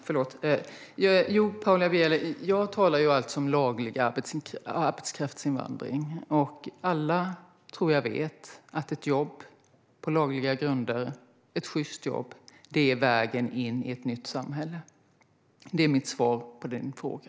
Herr talman! Jag talar om laglig arbetskraftsinvandring, Paula Bieler. Jag tror att alla vet att ett jobb på lagliga grunder - ett sjyst jobb - är vägen in i ett nytt samhälle. Det är mitt svar på din fråga.